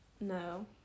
no